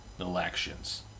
elections